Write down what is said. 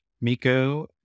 Miko